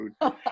food